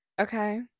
Okay